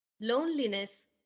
loneliness